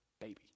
baby